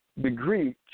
degree